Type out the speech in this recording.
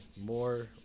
more